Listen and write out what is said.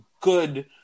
good